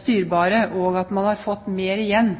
styrbare, og man har fått mer igjen